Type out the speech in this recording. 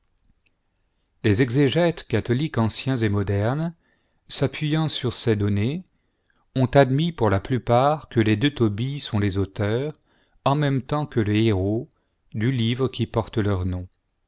les exégètes catholiques anciens et modernes s'appuyant sur ces données ont admis pour la plupart que les deux tobie sont les auteurs en même temps que les héros du livre qui porte leur nom